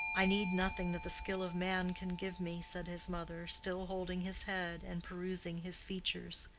i need nothing that the skill of man can give me, said his mother, still holding his head, and perusing his features.